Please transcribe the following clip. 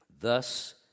Thus